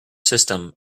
system